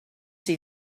see